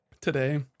Today